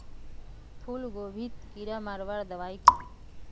फूलगोभीत कीड़ा मारवार दबाई की?